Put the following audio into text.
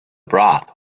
broth